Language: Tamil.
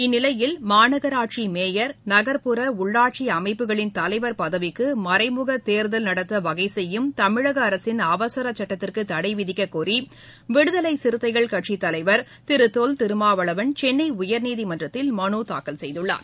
இந்நிலையில் மாநகராட்சி மேயர் உள்ளிட்ட நகர்ப்புற உள்ளாட்சி அமைப்புகளின் தலைவர் பதவிக்கு மறைமுக தோ்தல் நடத்த வகை செய்யும் தமிழக அரசின் அவசர சட்டத்திற்கு தடை விதிக்கக்கோரி விடுதலை விறுத்தைகள் கட்சித் தலைவர் திரு தொல் திருமாவளவன் சென்னை உயர்நீதிமன்றததில் மனு தாக்கல் செய்துள்ளார்